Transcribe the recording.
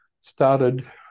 started